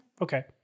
Okay